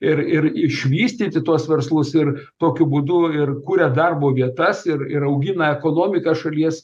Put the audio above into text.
ir ir išvystyti tuos verslus ir tokiu būdu ir kuria darbo vietas ir ir augina ekonomiką šalies